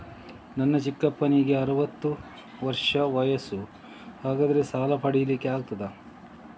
ನನ್ನ ಚಿಕ್ಕಪ್ಪನಿಗೆ ಅರವತ್ತು ವರ್ಷ ವಯಸ್ಸು, ಹಾಗಾದರೆ ಸಾಲ ಪಡೆಲಿಕ್ಕೆ ಆಗ್ತದ?